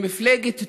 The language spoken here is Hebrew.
למפלגת תקומה,